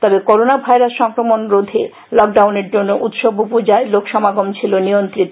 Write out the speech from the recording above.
তবে corona virus সংক্রমণ রোধে লকডাউনের জন্য উৎসব ও পূজায় লোকসমাগম ছিল নিয়ন্ত্রীত